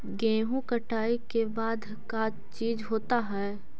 गेहूं कटाई के बाद का चीज होता है?